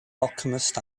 alchemist